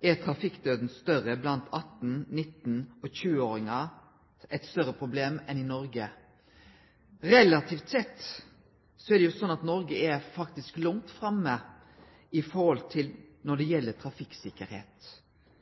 er trafikkdøden større blant 18-, 19-, og 20-åringar enn i Noreg. Det er eit stort problem. Relativt sett er jo Noreg faktisk langt framme når det gjeld trafikktryggleik. Men det er